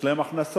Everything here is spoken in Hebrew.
יש להן הכנסות.